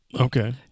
Okay